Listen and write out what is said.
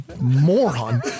moron